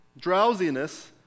drowsiness